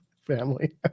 family